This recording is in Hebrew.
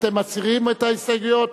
אתם מסירים את ההסתייגויות?